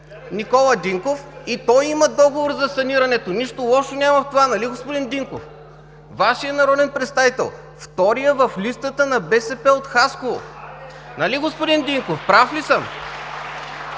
Никола Динков, и той има договор за санирането. Нищо лошо няма в това нали, господин Динков? Вашият народен представител, вторият в листата на БСП от Хасково. Нали, господин Динков? Прав ли съм?